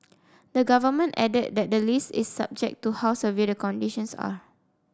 the Government added that the list is subject to how severe the conditions are